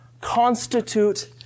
constitute